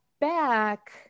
back